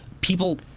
people